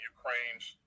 Ukraine's